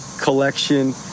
Collection